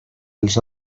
els